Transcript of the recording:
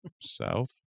south